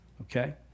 okay